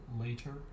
later